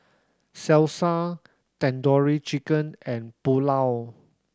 Salsa Tandoori Chicken and Pulao